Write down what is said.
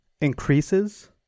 increases